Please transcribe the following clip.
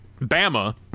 Bama